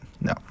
no